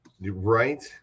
Right